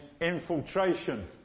infiltration